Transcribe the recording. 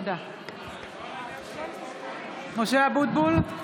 (קוראת בשמות חברי הכנסת) משה אבוטבול,